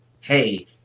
Hey